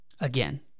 Again